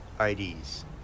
IDs